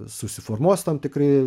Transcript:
susiformuos tam tikri